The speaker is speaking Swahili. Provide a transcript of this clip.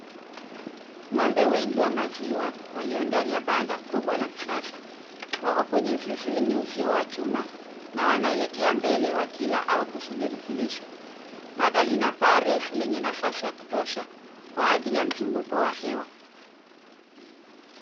Ng'ombe wengi wa maziwa wakiwa ndani ya banda kubwa la kisasa. Wako kwenye zizi lenye uzio wa chuma na wanaelekea mbele wakila au wakisubiri kulishwa. Banda lina paa refu yenye nafasi ya kutosha kwa ajili ya mzunguko wa hewa.